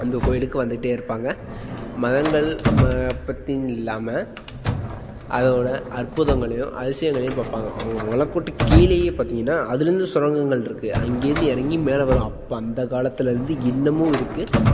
அந்தக் கோவிலுக்கு வந்துக்கிட்டே இருப்பாங்க மரங்கள் ம பத்தின்னு இல்லாமல் அதோடய அற்புதங்களையும் அதிசயங்களையும் பார்ப்பாங்க அங்கே மலக்கோட்டைக்கு கீழேயே பார்த்திங்கன்னா அதில் இருந்து சுரங்கங்கள் இருக்குது அங்கேருந்து இறங்கி மேலே வரும் அப்போ அந்த காலத்தில் இருந்து இன்னுமும் இருக்குது